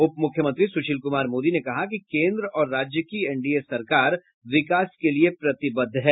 उमुख्यमंत्री सुशील कुमार मोदी ने कहा कि केन्द्र और राज्य की एनडीए सरकार विकास के लिए प्रतिबद्ध है